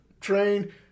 train